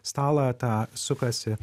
stalą tą sukasi